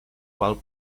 qual